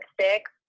six